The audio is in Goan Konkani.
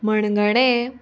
मणगणें